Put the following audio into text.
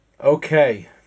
Okay